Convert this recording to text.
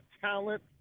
talent